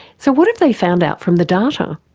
so what have they found out from the data?